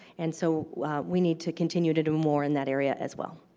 and so we need to continue to do more in that area as well.